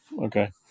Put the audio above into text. okay